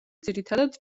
ძირითადად